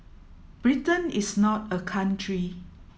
Britain is not a country